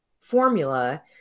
formula